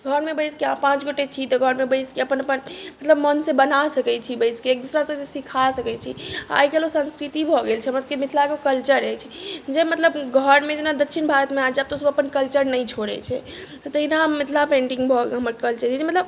घरमे बैसके अहाँ पाँच गोटे छी तऽ घरमे बैसके अपन अपन मतलब मोन से बनाए सकै छी बैसके एक दूसरा से सिखा सकै छी आइकाल्हि ओ संस्कृति भऽ गेल छै हमरासबके मिथिला के ओ कल्चर अछि जे मतलब घरमे जेना दक्षिण भारत मे अहाँ जायब तऽ ओसब अपन कल्चर नहि छोरै छै तहिना मिथिला पेन्टिँग भऽ गेल हमर कल्चर ई जे मतलब